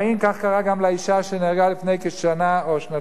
כך קרה גם לאשה שנהרגה לפני כשנה או שנתיים